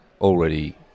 Already